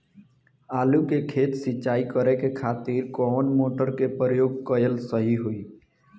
आलू के खेत सिंचाई करे के खातिर कौन मोटर के प्रयोग कएल सही होई?